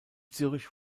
zürich